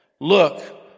look